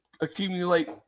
accumulate